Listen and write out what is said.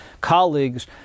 colleagues